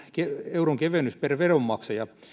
euron kevennys per veronmaksaja